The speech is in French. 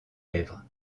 lèvres